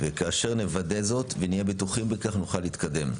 כאשר נוודא זאת ונהיה בטוחים בכך נוכל להתקדם.